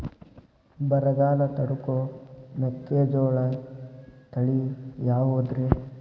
ಬರಗಾಲ ತಡಕೋ ಮೆಕ್ಕಿಜೋಳ ತಳಿಯಾವುದ್ರೇ?